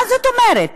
מה זאת אומרת?